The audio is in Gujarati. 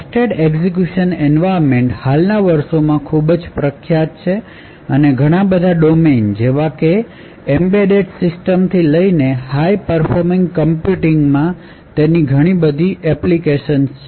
ટ્રસ્ટેડ એક્ઝીક્યૂશન એન્વાયરમેન્ટ હાલના વર્ષોમાં ખૂબ જ પ્રખ્યાત છે અને ઘણા બધા ડોમેઇન જેવાકે એમ્બેડેડ સિસ્ટમ થી લઈને હાઈ પર્ફોમિંગ કોમ્પ્યુટીંગ માં તેની ઘણી બધી એપ્લીકેશન્સ છે